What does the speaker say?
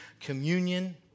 communion